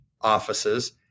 offices